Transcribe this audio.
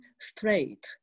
straight